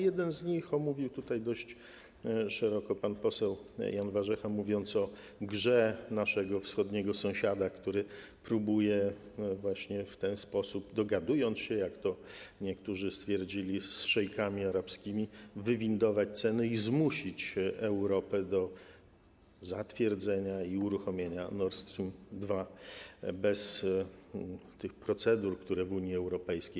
Jeden z nich omówił tutaj dość szeroko pan poseł Jan Warzecha, mówiąc o grze naszego wschodniego sąsiada, który próbuje właśnie w ten sposób, dogadując się, jak to niektórzy stwierdzili, z szejkami arabskimi, wywindować ceny i zmusić Europę do zatwierdzenia i uruchomienia Nord Stream 2 bez tych procedur, które są w Unii Europejskiej.